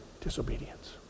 disobedience